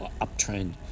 uptrend